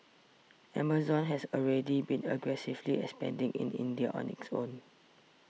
Amazon has already been aggressively expanding in India on its own